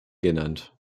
genannt